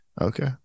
Okay